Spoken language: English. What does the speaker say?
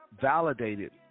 validated